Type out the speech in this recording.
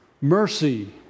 Mercy